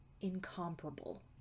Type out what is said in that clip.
Incomparable